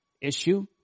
issue